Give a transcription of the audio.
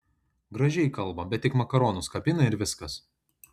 gražiai kalba bet tik makaronus kabina ir viskas